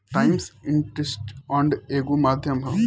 times interest earned एगो माध्यम ह